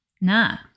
nah